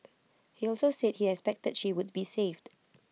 he also said he expected she would be saved